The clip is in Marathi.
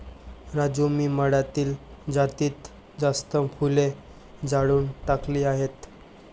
राजू मी मळ्यातील जास्तीत जास्त फुले जाळून टाकली आहेत